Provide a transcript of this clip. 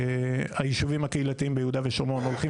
היישובים הקהילתיים ביהודה ושומרון הולכים